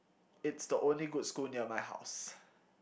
it's the only good school near my house